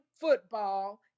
football